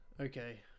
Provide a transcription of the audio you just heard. Okay